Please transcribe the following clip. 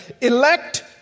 elect